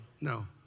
No